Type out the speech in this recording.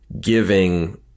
giving